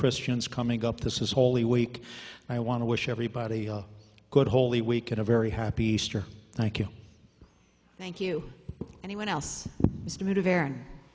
christians coming up this is holy week i want to wish everybody a good holy week and a very happy easter thank you thank you anyone else